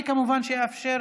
אני כמובן אאפשר